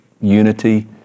unity